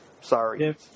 Sorry